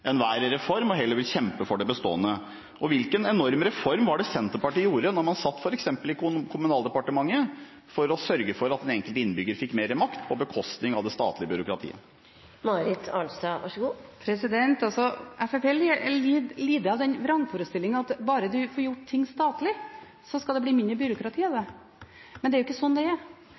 enhver reform, og heller vil kjempe for det bestående? Hvilken enorm reform var det Senterpartiet satte i gang, da man f.eks. satt i Kommunaldepartementet, for å sørge for at den enkelte innbygger fikk mer makt på bekostning av det statlige byråkratiet? Fremskrittspartiet lider av den vrangforestillingen at bare man får gjort ting statlig, skal det bli mindre byråkrati av det. Men det er ikke slik det er.